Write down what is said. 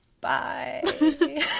bye